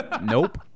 Nope